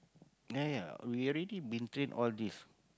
ya ya we already been train all these